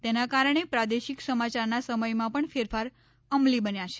તેના કારણે પ્રાદેશિક સમાચારના સમયમાં પણ ફેરફાર અમલી બન્યા છે